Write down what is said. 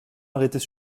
arrêtés